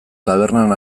tabernan